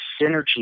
synergy